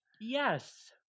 yes